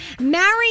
Marry